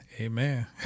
Amen